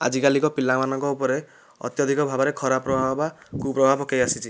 ଆଜିକାଲିକା ପିଲାମାନଙ୍କ ଉପରେ ଅତ୍ୟଧିକ ଭାବରେ ଖରାପ ପ୍ରଭାବ ବା କୁପ୍ରଭାବ ପକାଇ ଆସିଛି